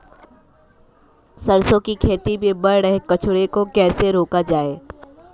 सरसों की खेती में बढ़ रहे कचरे को कैसे रोका जाए?